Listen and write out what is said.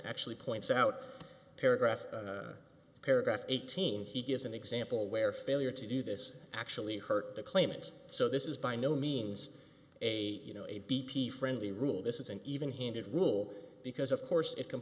actually points out paragraph paragraph eighteen he gives an example where failure to do this actually hurt the claimant so this is by no means a you know a d p friendly rule this is an even handed rule because of course it c